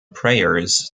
prayers